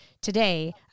today